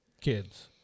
kids